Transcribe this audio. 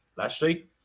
Lashley